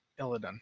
Illidan